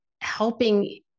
helping